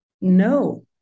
No